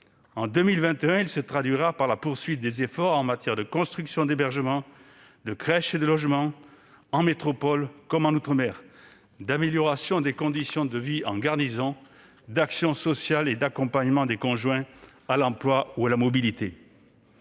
En 2021, il se traduira par la poursuite des efforts en matière de construction d'hébergement, de crèches et de logements, en métropole comme en outre-mer, d'amélioration des conditions de vie en garnison, d'action sociale et d'accompagnement des conjoints à l'emploi ou à la mobilité.